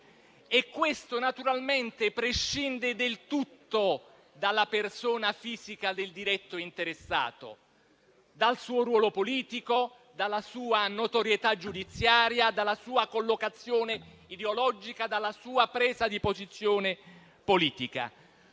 Questo naturalmente prescinde del tutto dalla persona fisica del diretto interessato, dal suo ruolo politico, dalla sua notorietà giudiziaria, dalla sua collocazione ideologica, dalla sua presa di posizione politica.